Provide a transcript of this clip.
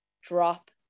drop